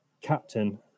Captain